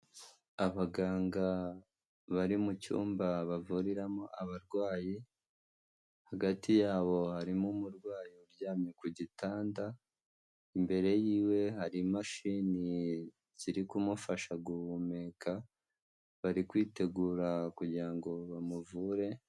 Abaganga bari mucyumba bavuriramo abarwayi, hagati yabo harimo umurwayi uryamye ku gitanda, imbere y'iwe hari imashini ziri kumufasha guhumeka, bari kwitegura kugira ngo bamuvure.